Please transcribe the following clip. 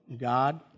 God